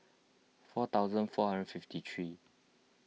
four thousand four hundred fifty three